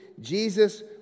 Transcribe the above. Jesus